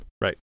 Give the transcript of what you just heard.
Right